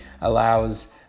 allows